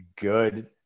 good